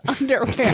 underwear